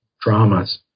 dramas